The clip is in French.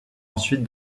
ensuite